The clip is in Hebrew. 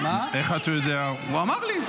הוא אמר לי.